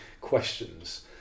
questions